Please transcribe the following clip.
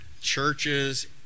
churches